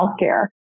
Healthcare